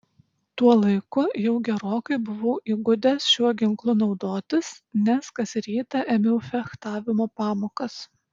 tuo laiku jau gerokai buvau įgudęs šiuo ginklu naudotis nes kas rytą ėmiau fechtavimo pamokas